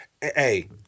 Hey